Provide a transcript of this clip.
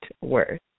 worth